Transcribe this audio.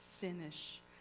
finish